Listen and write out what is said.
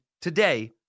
today